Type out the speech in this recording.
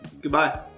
goodbye